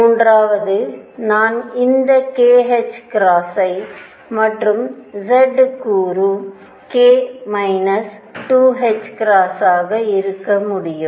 மூன்றாவது நான் இந்த kℏ ஐ மற்றும் z கூறு k 2 ஆக வைத்திருக்க முடியும்